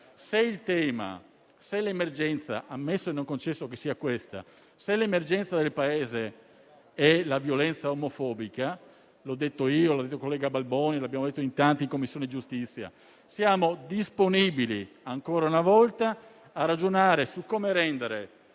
che sia questa - è la violenza omofobica, siamo disponibili ancora una volta a ragionare su come rendere